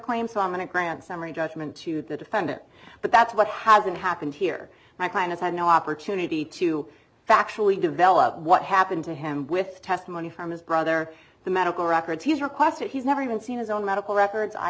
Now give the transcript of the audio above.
claims on a grand summary judgment to the defendant but that's what hasn't happened here my client has had no opportunity to actually develop what happened to him with testimony from his brother the medical records he's requested he's never even seen his own medical records i